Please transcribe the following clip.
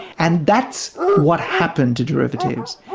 and that's what happened to derivatives.